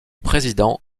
président